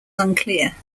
unclear